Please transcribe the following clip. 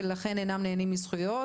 ולכן אינם נהנים מזכויות,